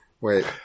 Wait